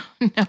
no